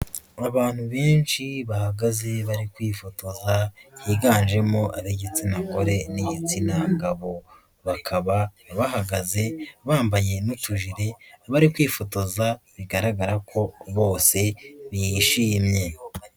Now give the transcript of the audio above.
Abantu benshi bahagaze bari kwifotoza higanjemo ab'igitsina gore n'igitsina gabo, bakaba bahagaze bambaye n'utujiri bari kwifotoza bigaragara ko bose bishimye.